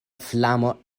flamo